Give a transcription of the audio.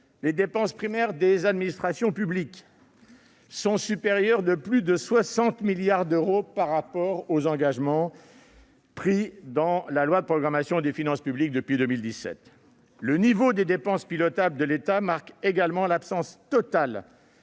les dépenses primaires des administrations publiques sont supérieures de plus de 60 milliards d'euros par rapport aux engagements pris dans la loi de programmation des finances publiques depuis 2017. Le niveau des dépenses pilotables de l'État marque également l'absence totale